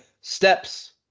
steps